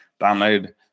download